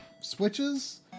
switches